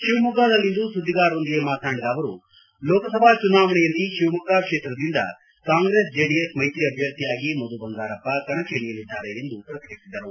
ಶಿವಮೊಗ್ಗದಲ್ಲಿಂದು ಸುದ್ದಿಗಾರರೊಂದಿಗೆ ಮಾತನಾಡಿದ ಅವರು ಲೋಕಸಭಾ ಚುನಾವಣೆಯಲ್ಲಿ ಶಿವಮೊಗ್ಗ ಕ್ಷೇತ್ರದಿಂದ ಕಾಂಗ್ರೆಸ್ ಜೆಡಿಎಸ್ ಮೈತ್ರಿ ಅಭ್ಯರ್ಥಿಯಾಗಿ ಮಧು ಬಂಗಾರಪ್ಪ ಕಣಕ್ಕೆ ಇಳಿಯಲಿದ್ದಾರೆ ಎಂದು ಪ್ರಕಟಿಸಿದರು